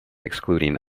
excluding